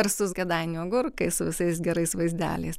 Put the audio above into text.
garsūs kėdainių agurkai su visais gerais vaizdeliais